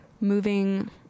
moving